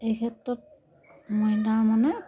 এই ক্ষেত্ৰত মই তাৰমানে